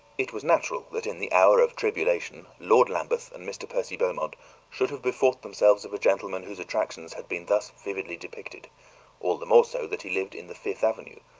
it was natural that in the hour of tribulation lord lambeth and mr. percy beaumont should have bethought themselves of a gentleman whose attractions had been thus vividly depicted all the more so that he lived in the fifth avenue,